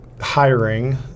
hiring